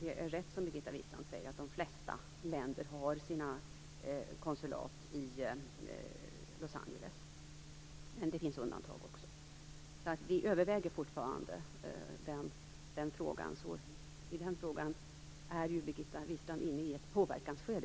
Det är rätt som Birgitta Wistrand säger, att de flesta länder har sina konsulat i Los Angeles, men det finns undantag. Vi överväger fortfarande den frågan, så man kan säga att Birgitta Wistrand där befinner sig i ett påverkansskede.